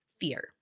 fear